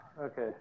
okay